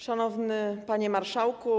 Szanowny Panie Marszałku!